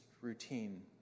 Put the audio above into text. routine